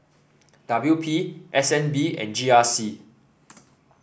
W P S N B and G R C